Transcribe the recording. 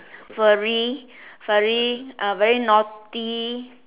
furry furry uh very naughty